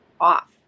off